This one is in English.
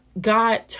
God